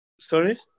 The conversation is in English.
sorry